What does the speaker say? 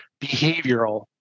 behavioral